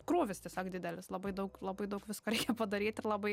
krūvis tiesiog didelis labai daug labai daug visko reikia padaryti labai